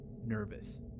nervous